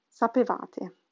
sapevate